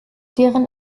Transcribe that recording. deren